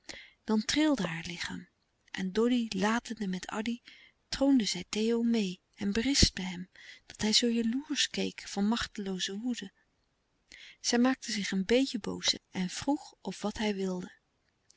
dan trilde haar lichaam en doddy latende met addy troonde zij theo meê en berispte hem dat hij zoo jaloersch keek van machtelooze woede zij maakte zich een beetje boos en vroeg wat of hij wilde